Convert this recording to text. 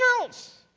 else